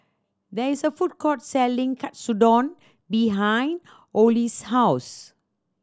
there is a food court selling Katsudon behind Ole's house